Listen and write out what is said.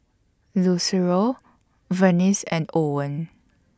Lucero Vernice and Owen